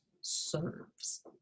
serves